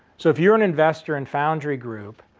so, if you're an investor in foundry group,